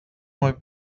more